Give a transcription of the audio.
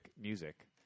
music